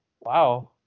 Wow